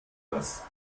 das